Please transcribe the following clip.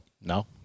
No